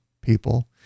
people